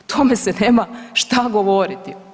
O tome se nema šta govoriti.